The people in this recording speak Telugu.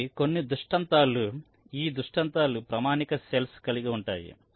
కాబట్టి కొన్ని దృష్టాంతాలు ఈ దృష్టాంతాలు ప్రామాణిక సెల్స్ కలిగి ఉంటాయి